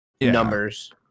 numbers